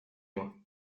moi